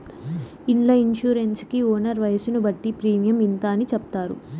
ఇండ్ల ఇన్సూరెన్స్ కి ఓనర్ వయసును బట్టి ప్రీమియం ఇంత అని చెప్తారు